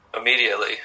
immediately